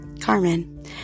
Carmen